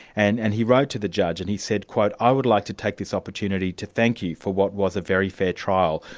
and and he wrote to the judge and he said, i would like to take this opportunity to thank you for what was a very fair trial,